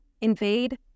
invade